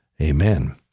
amen